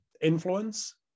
influence